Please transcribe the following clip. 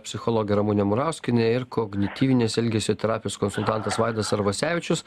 psichologė ramunė murauskienė ir kognityvinės elgesio terapijos konsultantas vaidas arvasevičius